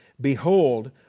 ...behold